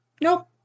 Nope